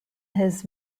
his